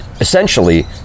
essentially